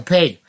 Pay